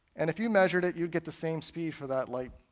and if you measured it, you'd get the same speed for that light.